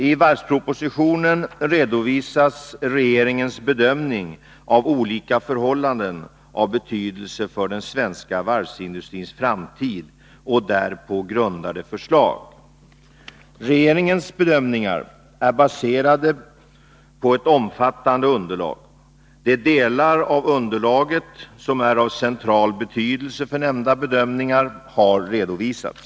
I varvspropositionen redovisas regeringens bedömning av olika förhållanden av betydelse för den svenska varvsindustrins framtid och därpå grundade förslag. Regeringens bedömningar är baserade på ett omfattande underlag. De delar av underlaget som är av central betydelse för nämnda bedömningar har redovisats.